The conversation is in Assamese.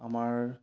আমাৰ